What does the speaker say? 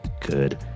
good